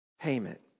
payment